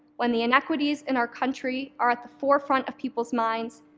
when the inequities in our country are at the forefront of people's minds,